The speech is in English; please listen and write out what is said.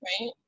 right